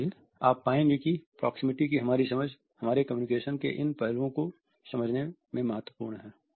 इसलिए आप पाएंगे कि प्रोक्सेमिटी की हमारी समझ हमारे कम्युनिकेशन के इन पहलुओं को समझने में महत्वपूर्ण है